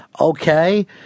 okay